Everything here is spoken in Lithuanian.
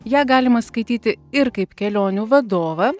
ją galima skaityti ir kaip kelionių vadovą